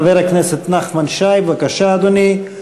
חבר הכנסת נחמן שי, בבקשה, אדוני.